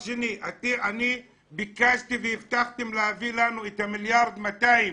אני ביקשתי והבטחתם להביא לנו 1.2 מיליארד שקלים.